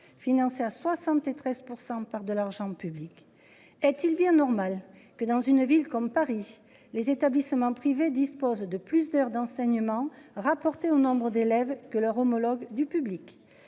financé à 73% par de l'argent public est-il bien normal que dans une ville comme Paris. Les établissements privés disposent de plus d'heures d'enseignement rapportées au nombre d'élèves que leurs homologues du public.